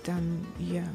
ten jie